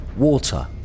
Water